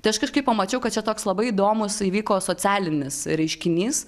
tai aš kažkaip pamačiau kad čia toks labai įdomus įvyko socialinis reiškinys